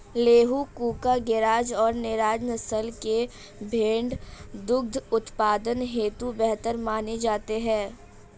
लूही, कूका, गरेज और नुरेज नस्ल के भेंड़ दुग्ध उत्पादन हेतु बेहतर माने जाते हैं